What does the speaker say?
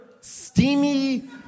steamy